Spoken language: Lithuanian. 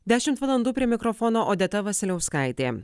dešimt valandų prie mikrofono odeta vasiliauskaitė